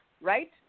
right